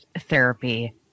therapy